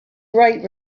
bright